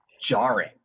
jarring